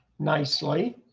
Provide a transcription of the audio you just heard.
nicely.